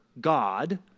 God